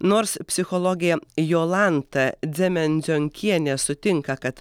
nors psichologė jolanta dzemendzionkienė sutinka kad